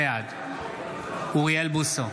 בעד אוריאל בוסו,